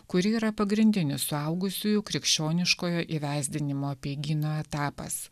kuri yra pagrindinis suaugusiųjų krikščioniškojo įvesdinimo apeigyno etapas